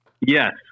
Yes